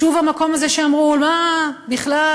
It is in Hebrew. שוב המקום הזה שאמרו: מה בכלל,